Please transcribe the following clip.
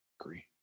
agree